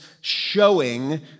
showing